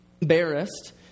embarrassed